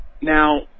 now